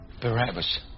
Barabbas